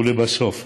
ולבסוף,